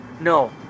no